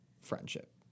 friendship